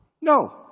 No